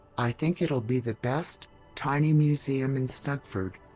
i think it'll be the best tiny museum in snuggford!